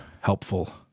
helpful